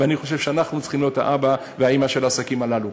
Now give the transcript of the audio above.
ואני חושב שאנחנו צריכים להיות האבא והאימא של העסקים הללו.